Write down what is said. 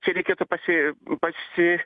čia reikėtų pasi pasi